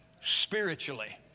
Spiritually